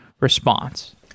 response